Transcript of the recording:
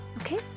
Okay